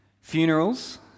funerals